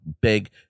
big